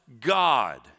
God